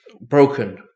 broken